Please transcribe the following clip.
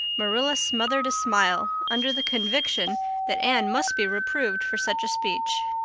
marilla smothered a smile under the conviction that anne must be reproved for such a speech.